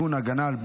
נמנע אחד,